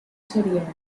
soriano